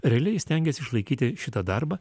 realiai stengės išlaikyti šitą darbą